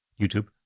YouTube